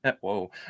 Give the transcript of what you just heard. Whoa